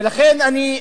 ולכן, אני,